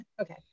okay